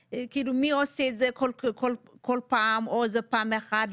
כאילו מי עושה את זה כל פעם או שזה פעם אחת,